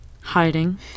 Hiding